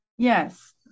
Yes